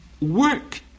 Work